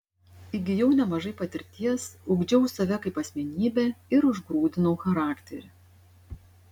įgijau nemažai patirties ugdžiau save kaip asmenybę ir užgrūdinau charakterį